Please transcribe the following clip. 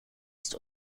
ist